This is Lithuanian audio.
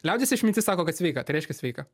liaudies išmintis sako kad sveika tai reiškia sveika